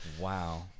Wow